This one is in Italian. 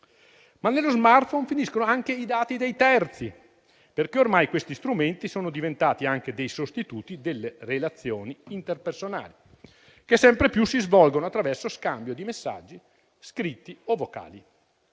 Nello *smartphone* finiscono però anche i dati di terzi, perché ormai questi strumenti sono diventati anche sostituti delle relazioni interpersonali, che sempre più si svolgono attraverso scambio di messaggi scritti o vocali.